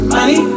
Money